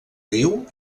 riu